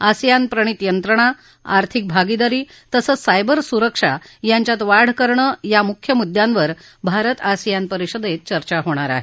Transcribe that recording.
ASEAN प्रणित यंत्रणा आर्थिक भागीदारी तसंच सायबर सुरक्षा यांच्यात वाढ करणे या मुख्य मुद्यांवर भारतीय आसियान परिषदेत चर्चा होणार आहे